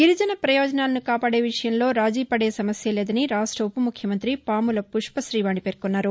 గిరిజన ప్రయోజనాలను కాపాదే విషయంలో రాజీపదే సమస్యే లేదని రాష్ట ఉప ముఖ్యమంత్రి పాముల పుష్ప శీవాణి పేర్కొన్నారు